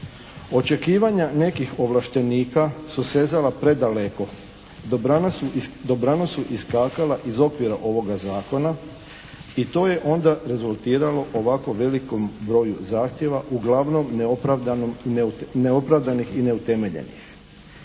Očekivanja nekih ovlaštenika su sezala predaleko. Dobrano su iskakala iz okvira ovoga zakona i to je onda rezultiralo ovako velikom broju zahtjeva uglavnom neopravdanom i, neopravdanih